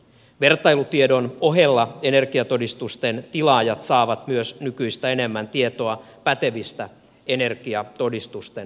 vertailutiedon ohella energiatodistusten tilaajat saavat myös nykyistä enemmän tietoa pätevistä energiatodistusten laatijoista